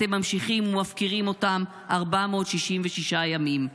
אתם ממשיכים ומפקירים אותם 466 ימים.